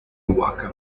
huaca